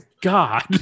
God